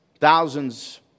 thousands